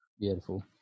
Beautiful